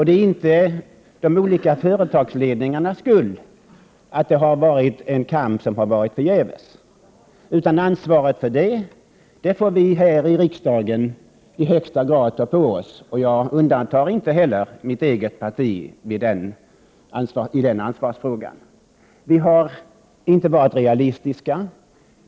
Det är inte de olika företagsledningarnas skuld att den här kampen har varit förgäves. Ansvaret får vi här i riksdagen i högsta grad ta på oss, och jag undantar då inte mitt eget parti från detta ansvar. Vi har varit orealistiska.